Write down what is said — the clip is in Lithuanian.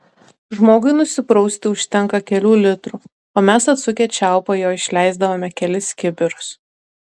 žmogui nusiprausti užtenka kelių litrų o mes atsukę čiaupą jo išleisdavome kelis kibirus